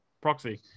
proxy